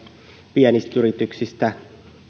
pienistä yrityksistä